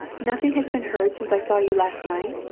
nothing has been heard since i saw you last night?